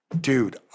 Dude